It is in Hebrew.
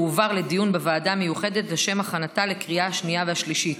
תועבר לדיון בוועדה המיוחדת לשם הכנתה לקריאה השנייה והשלישית.